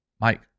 Mike